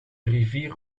rivier